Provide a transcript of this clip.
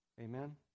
Amen